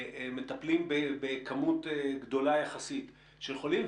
אתם מטפלים בכמות גדולה יחסית של חולים,